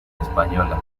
española